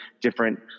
different